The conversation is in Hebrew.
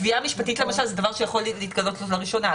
בתביעה המשפטית למשל זה דבר שיכול להתגלות לראשונה.